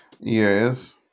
Yes